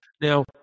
Now